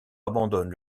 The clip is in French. abandonne